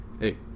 Hey